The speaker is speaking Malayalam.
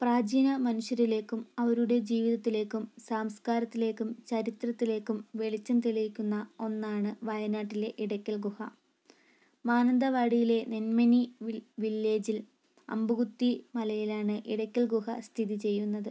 പ്രാചീന മനുഷ്യരിലേക്കും അവരുടെ ജീവിതത്തിലേക്കും സംസ്കാരത്തിലേക്കും ചരിത്രത്തിലേക്കും വെളിച്ചം തെളിയിക്കുന്ന ഒന്നാണ് വയനാട്ടിലെ ഇടയ്ക്കൽ ഗുഹ മാനന്തവാടിയിലെ നെന്മിനി വി വില്ലേജിൽ അമ്പുകുത്തി മലയിലാണ് ഇടയ്ക്കൽ ഗുഹ സ്ഥിതി ചെയ്യുന്നത്